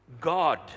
God